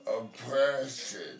Oppression